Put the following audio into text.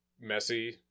messy